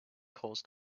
caused